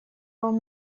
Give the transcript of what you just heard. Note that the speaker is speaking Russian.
вам